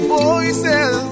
voices